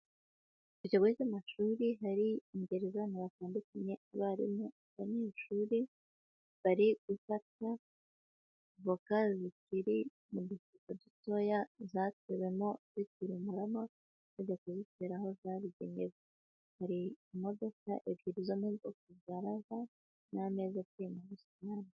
Ku kigo cy'amashuri hari imbere abantu batandukanye, abarimu, abanyeshuri, bari gufata voka zikiri mu dufuka dutoya zatewemo zikiri umurama, bajya kuzitera aho zabigenewe. Hari imodoka ebyiri zo mu bwoko bwa Rava zigaragara n'ameza ari mu busitani.